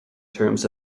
terms